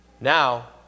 Now